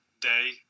day